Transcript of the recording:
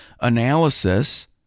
analysis